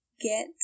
get